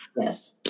yes